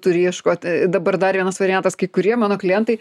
turi ieškoti dabar dar vienas variantas kai kurie mano klientai